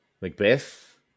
Macbeth